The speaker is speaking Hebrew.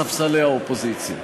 בספסלי האופוזיציה.